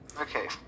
Okay